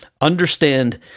Understand